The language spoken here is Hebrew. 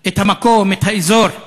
את המקום, את האזור,